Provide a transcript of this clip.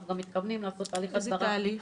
אנחנו גם מתכוונים לעשות תהליך הסברה --- איזה תהליך?